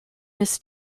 this